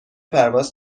پرواز